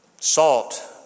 salt